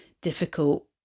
difficult